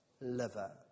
liver